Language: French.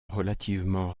relativement